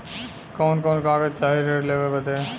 कवन कवन कागज चाही ऋण लेवे बदे?